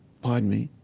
pardon me.